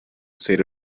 state